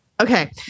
okay